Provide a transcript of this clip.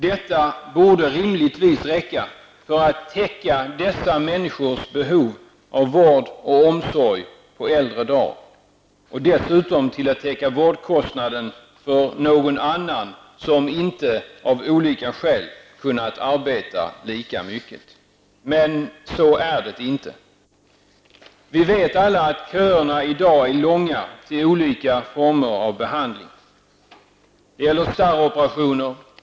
Detta borde rimligtvis räcka för att täcka dessa människors behov av vård och omsorg på äldre dagar och dessutom för att täcka vårdkostnaden för någon annan som, av olika skäl, inte kunnat arbeta lika mycket. Men så är det inte. Vi vet alla att köerna i dag är långa till olika former av behandling. -- Det gäller starroperationer.